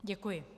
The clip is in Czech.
Děkuji.